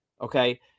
Okay